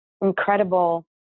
incredible